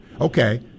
Okay